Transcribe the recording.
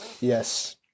yes